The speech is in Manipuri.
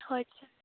ꯍꯣꯏ ꯁꯔ